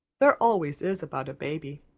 there always is about a baby.